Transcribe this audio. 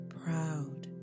proud